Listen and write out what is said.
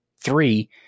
Three